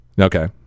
Okay